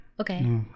Okay